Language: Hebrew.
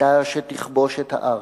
אתה שתכבוש את הארץ,